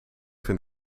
vind